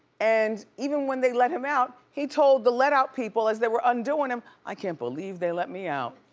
and even when they let him out, he told the let out people as they were undoin' him, i can't believe they let me out.